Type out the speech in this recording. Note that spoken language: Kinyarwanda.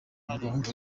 muganga